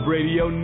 Radio